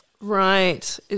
Right